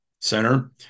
Center